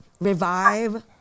revive